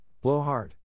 blowhard